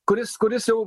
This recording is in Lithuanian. kuris kuris jau